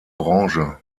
branche